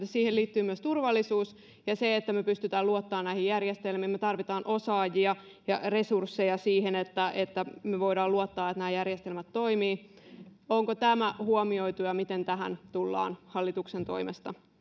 siihen liittyy myös turvallisuus ja se että me pystymme luottamaan näihin järjestelmiin me tarvitsemme osaajia ja resursseja siihen että että me voimme luottaa että nämä järjestelmät toimivat haluaisin kysyä onko tämä huomioitu ja miten tähän tullaan hallituksen toimesta